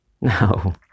No